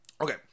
Okay